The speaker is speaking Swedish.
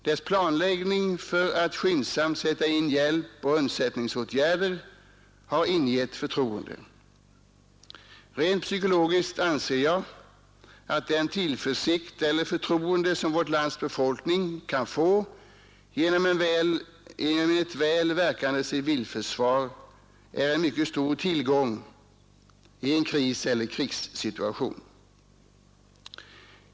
Dess planläggning för att skyndsamt sätta in hjälp och undsättningsåtgärder har ingett förtroende. Rent psykologiskt anser jag att den tillförsikt som vårt lands befolkning kan få genom ett väl verkande civilförsvar är en mycket stor tillgång i en kriseller krigssituation.